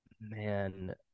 man